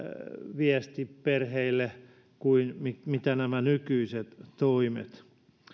viesti perheille kuin nämä nykyiset toimet